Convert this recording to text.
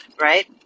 right